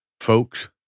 Folks